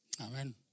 Amen